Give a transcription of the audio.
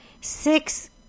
Six